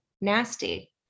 nasty